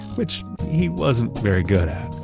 which he wasn't very good at.